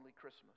Christmas